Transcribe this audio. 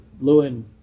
Lewin